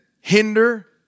hinder